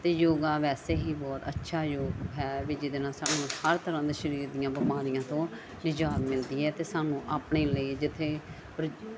ਅਤੇ ਯੋਗਾ ਵੈਸੇ ਹੀ ਬਹੁਤ ਅੱਛਾ ਯੋਗ ਹੈ ਵੀ ਜਿਹਦੇ ਨਾਲ ਸਾਨੂੰ ਹਰ ਤਰ੍ਹਾਂ ਦੇ ਸਰੀਰ ਦੀਆਂ ਬਿਮਾਰੀਆਂ ਤੋਂ ਨਿਜਾਤ ਮਿਲਦੀ ਹੈ ਅਤੇ ਸਾਨੂੰ ਆਪਣੇ ਲਈ ਜਿੱਥੇ